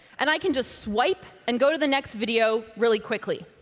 and i can just swipe and go to the next video really quickly.